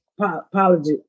apology